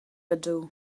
ydw